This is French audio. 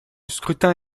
scrutin